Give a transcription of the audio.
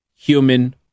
human